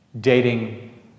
dating